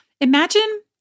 Imagine